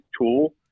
tool